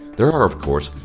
there are, of course,